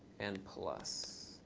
and plus,